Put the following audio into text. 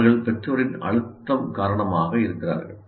அவர்கள் பெற்றோரின் அழுத்தம் காரணமாக இருக்கிறார்கள்